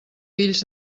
fills